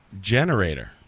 generator